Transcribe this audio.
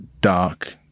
dark